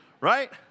Right